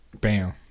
Bam